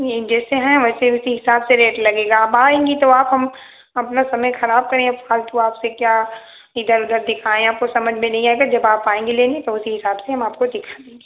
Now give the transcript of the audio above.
ये जैसे हैं वैसे उसी हिसाब से रेट लगेगा अब आएँगी तो आप हम अपना समय खराब करें अब फालतू आपसे क्या इधर उधर दिखाऍं आपको समझ में नहीं आएगा जब आप आएँगी लेने तो उसी हिसाब से हम आपको दिखा देंगे